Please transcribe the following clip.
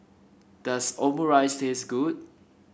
does Omurice taste good